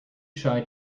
shy